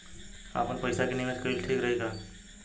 आपनपईसा के निवेस कईल ठीक रही का?